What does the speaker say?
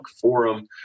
Forum